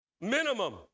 Minimum